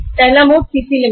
पहला mode CC limit है